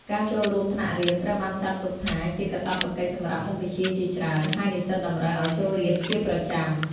ការចូលរួមថ្នាក់រៀនត្រូវបានចាត់ទុកថាជា កាតព្វកិច្ចសម្រាប់មុខវិជ្ជាជាច្រើន ហើយនិស្សិតតម្រូវឱ្យចូលរៀនជាប្រចាំ។